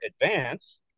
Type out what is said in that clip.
advance